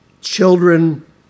children